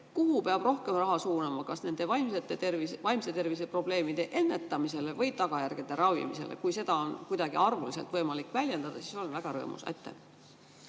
kuhu peab rohkem raha suunama: kas vaimse tervise probleemide ennetamisele või tagajärgede ravimisele? Kui seda on kuidagi arvuliselt võimalik väljendada, siis ma olen väga rõõmus. Aitäh,